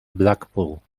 blackpool